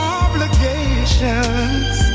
obligations